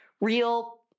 real